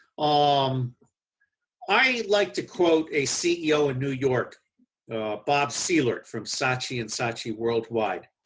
um i like to quote a ceo in new york bob seelert from saatchi and saatchi worldwide.